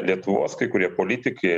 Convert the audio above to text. lietuvos kai kurie politikai